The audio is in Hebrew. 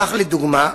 כך, לדוגמה,